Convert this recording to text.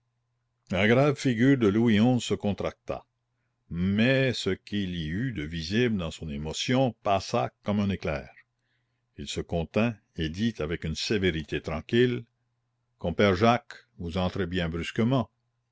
la grave figure de louis xi se contracta mais ce qu'il y eut de visible dans son émotion passa comme un éclair il se contint et dit avec une sévérité tranquille compère jacques vous entrez bien brusquement